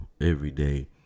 everyday